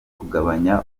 kugabanya